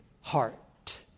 heart